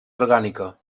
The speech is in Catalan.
orgànica